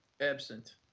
Absent